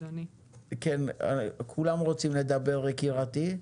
כולם רוצים לדבר, יקירתי,